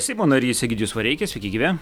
seimo narys egidijus vareikis sveiki gyvi